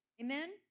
Amen